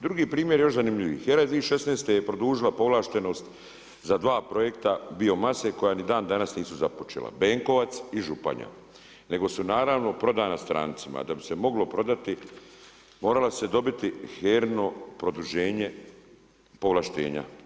Drugi primjer je još zanimljiviji, HERA je 2016. produžila povlaštenost, za 2 projekta bio mase, koja ni dan danas nisu započela, Benkovac i Županja, nego su naravno prodana strancima, da bi se moglo prodati, moralo se dobiti i HERINO produženje povlaštenja.